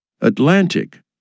Atlantic